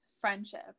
friendship